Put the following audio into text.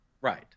Right